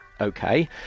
okay